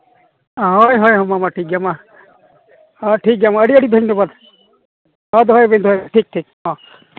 ᱦᱳᱭ ᱦᱳᱭ ᱢᱟ ᱢᱟ ᱴᱷᱤᱠ ᱜᱮᱭᱟ ᱢᱟ ᱟᱹᱰᱤ ᱟᱹᱰᱤ ᱫᱷᱚᱱᱱᱚᱵᱟᱫᱽ ᱢᱟ ᱫᱚᱦᱚᱭᱵᱤᱱ ᱫᱚᱦᱚᱭᱵᱤᱱ ᱴᱷᱤᱠ ᱴᱷᱤᱠ ᱦᱮᱸ